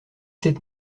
sept